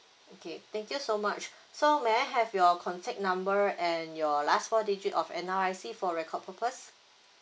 okay thank you so much so may I have your contact number and your last four digit of N_R_I_C for record purpose